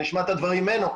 נשמע את הדברים ממנו,